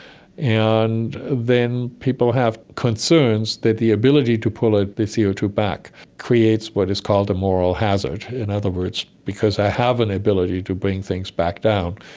and then people have concerns that the ability to pull ah the c o two back creates what is called a moral hazard. in other words, because i have an ability to bring things back down,